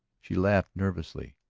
she laughed nervously.